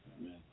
Amen